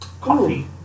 coffee